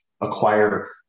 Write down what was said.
acquire